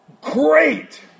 great